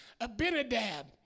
Abinadab